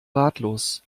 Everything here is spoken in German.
ratlos